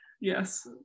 Yes